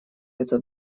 это